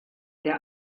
der